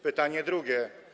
Pytanie drugie.